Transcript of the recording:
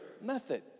method